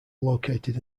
located